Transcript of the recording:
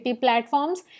platforms